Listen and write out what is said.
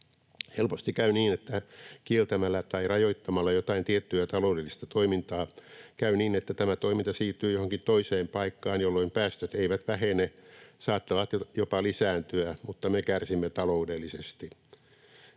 Helposti käy niin, että kieltämällä tai rajoittamalla jotain tiettyä taloudellista toimintaa tämä toiminta siirtyy johonkin toiseen paikkaan, jolloin päästöt eivät vähene vaan saattavat jopa lisääntyä, mutta me kärsimme taloudellisesti.